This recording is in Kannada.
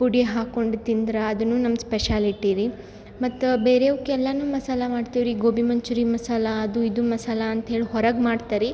ಪುಡಿ ಹಾಕೊಂಡು ತಿಂದ್ರೆ ಅದೂನೂ ನಮ್ಮ ಸ್ಪೆಷಲಿಟಿ ರೀ ಮತ್ತು ಬೇರೆಯವಕ್ಕೆಲ್ಲನೂ ಮಸಾಲೆ ಮಾಡ್ತೀವ್ರಿ ಗೋಬಿ ಮಂಚೂರಿ ಮಸಾಲೆ ಅದು ಇದು ಮಸಾಲೆ ಅಂತ ಹೇಳಿ ಹೊರಗೆ ಮಾಡ್ತಾರ್ರಿ